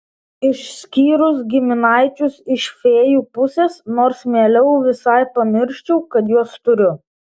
išskyrus giminaičius iš fėjų pusės nors mieliau visai pamirščiau kad juos turiu